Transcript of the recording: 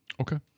Okay